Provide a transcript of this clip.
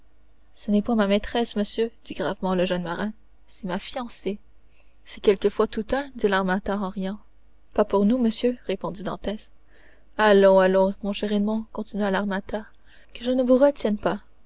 ce n'est point ma maîtresse monsieur dit gravement le jeune marin c'est ma fiancée c'est quelquefois tout un dit l'armateur en riant pas pour nous monsieur répondit dantès allons allons mon cher edmond continua l'armateur que je ne vous retienne pas